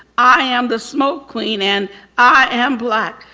i am the smoke queen and i am black.